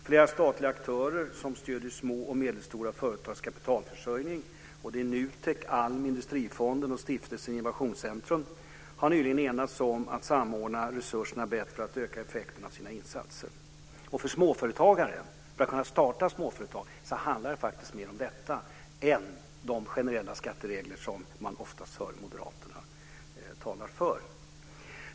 Flera statliga aktörer som stöder små och medelstora företags kapitalförsörjning - såväl NUTEK, ALMI och Industrifonden som Stiftelsen Innovationscentrum - har nyligen enats om att samordna resurserna bättre för att öka effekterna av sina insatser. För småföretagare, för att man ska kunna starta småföretag, handlar det faktiskt mer om detta än om de generella skatteregler som man ofta hör moderaterna tala om.